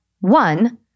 one